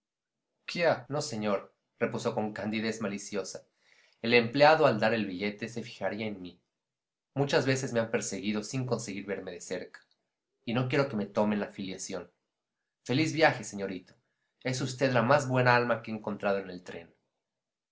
quiá no señor repuso con candidez maliciosa el empleado al dar el billete se fijaría en mí muchas veces me han perseguido sin conseguir verme de cerca y no quiero me tomen la filiación feliz viaje señorito es usted la más buena alma que he encontrado en el tren